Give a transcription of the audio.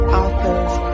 authors